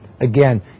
Again